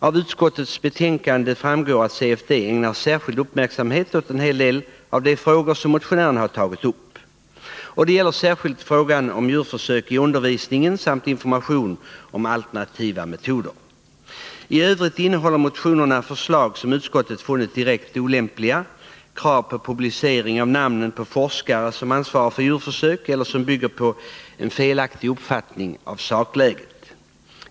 Av utskottsbetänkandet framgår att detta organ ägnar särskild uppmärksamhet åt en hel del av de frågor som motionärerna har tagit upp. Det gäller speciellt frågan om djurförsök i undervisningen samt information om alternativa metoder. I övrigt innehåller motionerna förslag som utskottet funnit direkt olämpliga, exempelvis krav på publicering av namnen på forskare som ansvarar för djurförsök eller uppgifter som bygger på en felaktig uppfattning av sakläget.